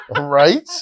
right